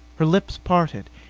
her lips parted,